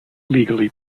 legally